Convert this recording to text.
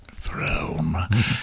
throne